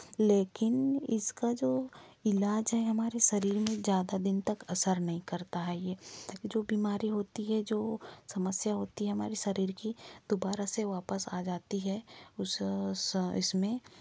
लेकिन इसका जो इलाज है हमारे शरीर में ज़्यादा दिन तक असर नहीं करता है ये जो बिमारी होती है जो समस्या होती है हमारे शरीर की दोबारा से वापस आ जाती है उस इस में